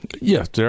Yes